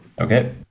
okay